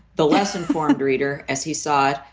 the less informed reader as he saw it.